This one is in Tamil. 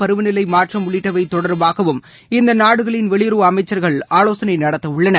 பருவநிலை மாற்றம் உள்ளிட்வை தொடர்பாகவும் இந்த நாடுகளின் வெளியுறவு அமைச்சர்கள் ஆலோசனை நடத்த உள்ளனர்